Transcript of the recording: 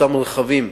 אותם רכבים,